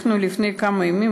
לפני כמה ימים,